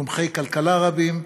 מומחי כלכלה רבים,